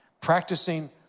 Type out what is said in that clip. Practicing